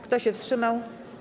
Kto się wstrzymał?